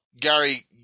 gary